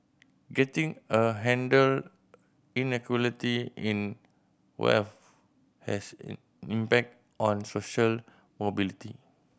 getting a handle inequality in wealth has an impact on social mobility